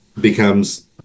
becomes